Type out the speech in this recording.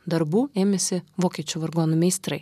darbų ėmėsi vokiečių vargonų meistrai